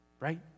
right